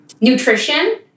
Nutrition